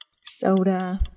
Soda